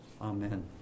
Amen